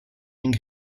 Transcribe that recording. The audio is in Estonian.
ning